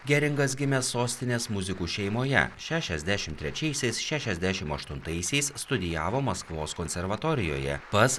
geringas gimė sostinės muzikų šeimoje šešiasdešim trečiaisiais šešiasdešim aštuntaisiais studijavo maskvos konservatorijoje pas